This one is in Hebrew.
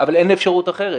אבל אין אפשרות אחרת.